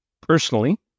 personally